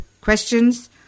questions